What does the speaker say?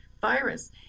virus